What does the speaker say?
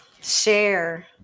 share